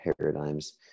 paradigms